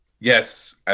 Yes